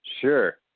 sure